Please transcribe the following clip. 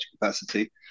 capacity